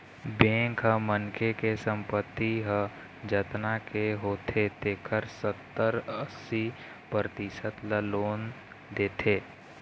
bank ह मनखे के संपत्ति ह जतना के होथे तेखर सत्तर, अस्सी परतिसत ल लोन देथे